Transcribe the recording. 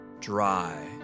Dry